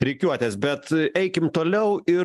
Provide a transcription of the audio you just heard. rikiuotės bet eikim toliau ir